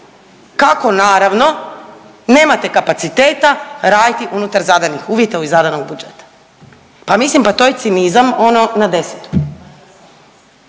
kako naravno nemate kapaciteta raditi unutar zadanih uvjeta i zadanog budžeta, pa mislim pa to je cinizam ono na desetu.